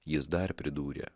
jis dar pridūrė